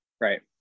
Right